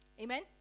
Amen